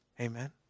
Amen